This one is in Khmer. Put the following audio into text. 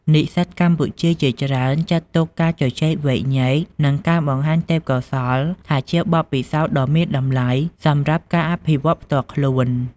និស្សិតកម្ពុជាច្រើនចាត់ទុកការជជែកវែកញែក និងការបង្ហាញទេពកោសល្យថាជាបទពិសោធន៍ដ៏មានតម្លៃសម្រាប់ការអភិវឌ្ឍផ្ទាល់ខ្លួន។